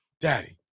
Daddy